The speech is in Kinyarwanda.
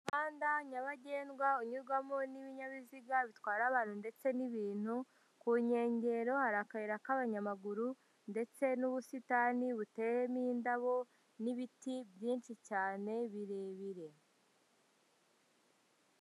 Umuhanda nyabagendwa unyurwamo n'ibinyabiziga bitwara abantu ndetse n'ibintu, ku nkengero hari akayira k'abanyamaguru ndetse n'ubusitani buteyemo indabo n'ibiti byinshi cyane birebire.